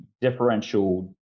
differential